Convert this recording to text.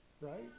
right